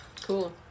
cool